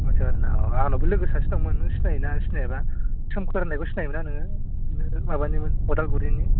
आच्चा आरो ना आंनाबो लोगो सासे दङमोन नों सिनायो ना सिनाया बा सोमखोर होन्नायखौ सिनायो मोनना नोङो माबानिमोन अदालगुरिनि